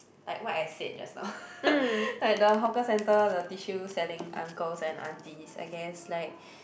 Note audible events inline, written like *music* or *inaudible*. like what I said just now *laughs* like the hawker centre the tissue selling uncles and aunties I guess like